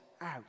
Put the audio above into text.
out